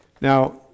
Now